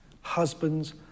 Husbands